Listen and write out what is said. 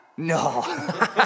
No